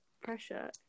pressure